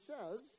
says